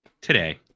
today